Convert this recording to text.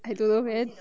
I don't know man